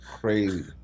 Crazy